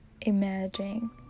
imagine